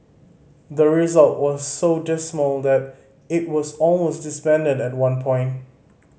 the result were so dismal that it was almost disbanded at one point